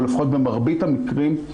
או לפחות במרבית המקרים,